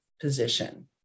position